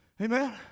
Amen